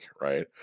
right